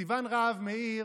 סיוון רהב מאיר